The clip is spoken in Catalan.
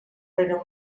rere